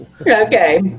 Okay